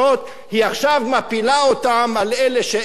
היא עכשיו מפילה אותן על אלה שאין להם,